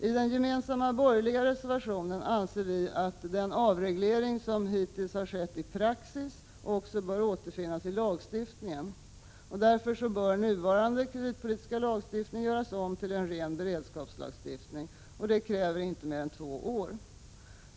I den gemensamma borgerliga reservationen anser vi att den avreglering som hittills bara skett i praxis också bör återfinnas i lagstiftningen. Därför bör nuvarande kreditpolitiska lagstiftning göras om till en ren beredskapslagstiftning, vilket inte kräver mer än två år.